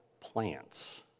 plants